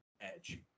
edge